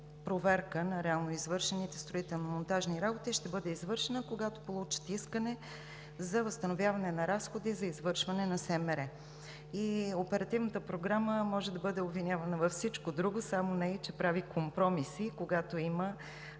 на реално извършените строително-монтажни работи ще бъде извършена, когато получат искане за възстановяване на разходите за извършването им. Оперативната програма може да бъде обвинявана във всичко друго, само не и че прави компромиси, когато има